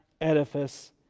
edifice